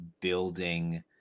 building